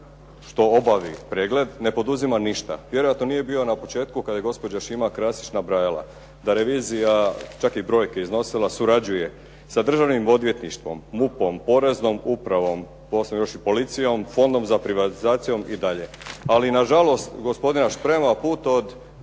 što obavi pregled ne poduzima ništa. Vjerojatno nije bio na početku kad je gospođa Šima Krasić nabrajala da revizija, čak je brojke iznosila, surađuje sa državnim odvjetništvom, MUP-om, poreznom upravom, poslije još i policijom, Fondom za privatizacijom i dalje. Ali na žalost gospodina Šprema, put od